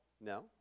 No